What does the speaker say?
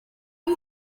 you